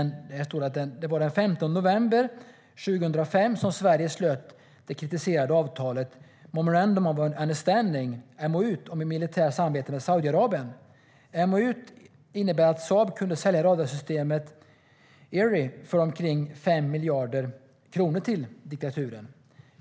"Det var den 15 november 2005 som Sverige slöt det kritiserade avtalet, Memorandum of Understanding, MOU, om militärt samarbete med Saudiarabien. MoU:et innebar att Saab kunde sälja radarsystemet Erieye för omkring 5 miljarder kronor till diktaturen.